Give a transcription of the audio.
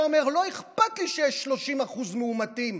אומר: לא אכפת לי שיש 30% מאומתים,